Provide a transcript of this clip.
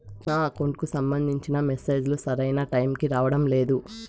నా అకౌంట్ కు సంబంధించిన మెసేజ్ లు సరైన టైము కి రావడం లేదు